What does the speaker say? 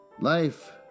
Life